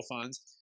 funds